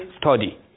study